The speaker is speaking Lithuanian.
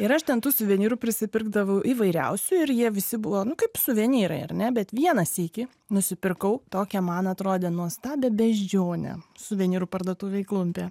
ir aš ten tų suvenyrų prisipirkdavau įvairiausių ir jie visi buvo nu kaip suvenyrai ar ne bet vieną sykį nusipirkau tokią man atrodė nuostabią beždžionę suvenyrų parduotuvei klumpė